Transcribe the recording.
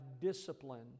discipline